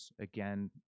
again